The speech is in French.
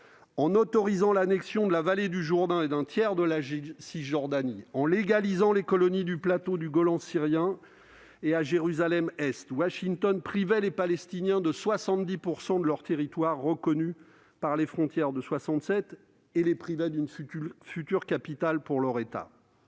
En autorisant l'annexion de la vallée du Jourdain et d'un tiers de la Cisjordanie, en légalisant les colonies du plateau du Golan syrien et de Jérusalem-Est, Washington privait les Palestiniens de 70 % de leurs territoires reconnus dans la limite des frontières de 1967 et d'une future capitale pour leur État.